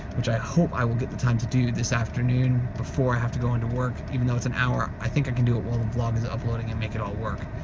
which i hope i will get the time to do this afternoon before i have to go into work. even though it's an hour, i think i can do it while the vlog is uploading and make it all work.